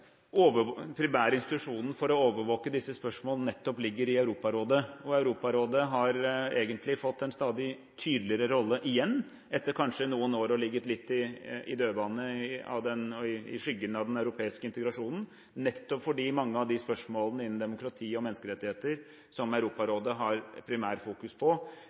institusjonen for å overvåke disse spørsmål nettopp ligger i Europarådet. Og Europarådet har egentlig fått en stadig tydeligere rolle igjen, etter kanskje i noen år å ha ligget litt i dødvann i skyggen av den europeiske integrasjonen, nettopp fordi mange av de spørsmålene innen demokrati og menneskerettigheter som Europarådet primært fokuserer på,